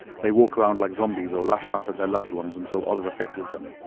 they walk around like zombies or lash out at their loved ones until oliver fixes them.